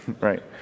right